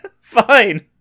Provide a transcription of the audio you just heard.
Fine